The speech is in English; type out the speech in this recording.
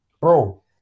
Bro